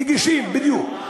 נגישים, בדיוק.